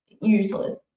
useless